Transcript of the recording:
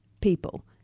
people